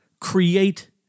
create